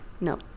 No